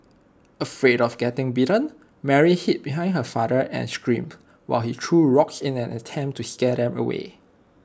afraid of getting bitten Mary hid behind her father and screamed while he threw rocks in an attempt to scare them away